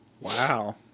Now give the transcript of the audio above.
Wow